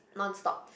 non stop